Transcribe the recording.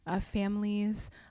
families